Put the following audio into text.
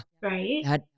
Right